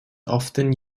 often